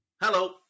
Hello